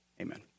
amen